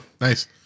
nice